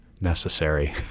necessary